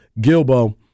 Gilbo